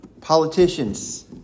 Politicians